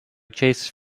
chase